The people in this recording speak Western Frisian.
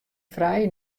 frij